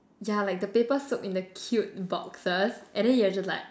ya like the paper soap in the cute boxes and then you're just like